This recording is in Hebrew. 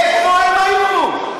איפה הם היו?